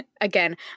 again